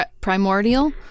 Primordial